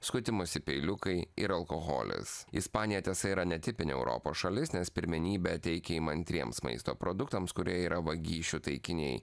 skutimosi peiliukai ir alkoholis ispanija tiesa yra netipinė europos šalis nes pirmenybę teikia įmantriems maisto produktams kurie yra vagysčių taikiniai